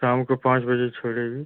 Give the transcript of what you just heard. शाम को पाँच बजे छोड़ेगी